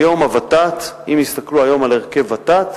היום, אם יסתכלו היום על הרכב ות"ת